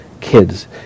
kids